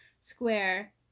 Square